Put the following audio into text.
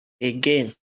again